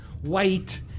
white